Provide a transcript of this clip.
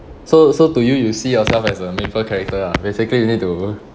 so so to you you see yourself as a maple character ah basically you need to